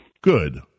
Good